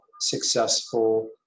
successful